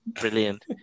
Brilliant